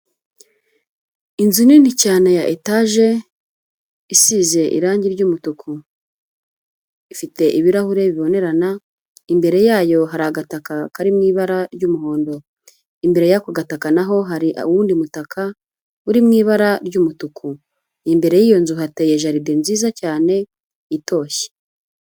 Inzu nini cyane ya etaje, isize irangi ry'umutuku, ifite ibirahure bibonerana, imbere yayo hari agataka kari mu ibara ry'umuhondo, imbere y'ako gataka naho hari uwundi mutaka uri mu ibara ry'umutuku, imbere y'iyo nzu hateye jaride nziza cyane itoshye.